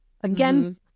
again